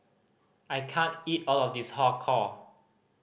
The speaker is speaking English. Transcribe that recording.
I can't eat all of this Har Kow